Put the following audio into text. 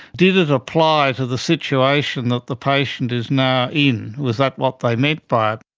did it apply to the situation that the patient is now in? was that what they meant by it?